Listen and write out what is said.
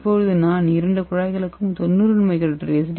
இப்போது நான் இரண்டு குழாய்களுக்கும் 90 µl எஸ்